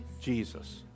Jesus